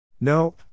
No